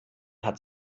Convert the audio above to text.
hat